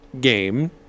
game